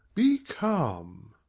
be calm.